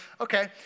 Okay